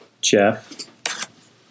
Jeff